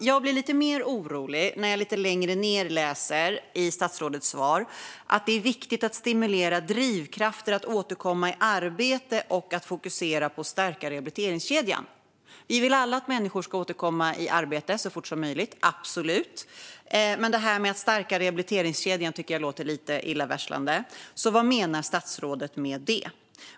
Jag blir dock lite orolig av slutet på statsrådets svar: "Därför är det viktigt att stimulera drivkrafter för att återkomma i arbete samt att fokusera på att stärka rehabiliteringskedjan." Vi vill alla att människor ska återkomma i arbete så fort som möjligt - absolut. Men det här med att stärka rehabiliteringskedjan tycker jag låter lite illavarslande. Vad menar statsrådet med det?